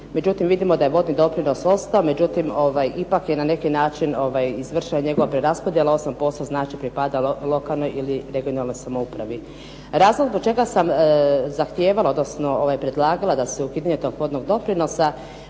međutim vidimo da je vodni doprinos ostao. Međutim ipak je na neki način izvršena njegova preraspodjela, 8% znači pripadalo lokalnoj ili regionalnoj samoupravi. Razlog zbog čega sam zahtijevala, odnosno predlagala da se …/Govornica